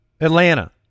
Atlanta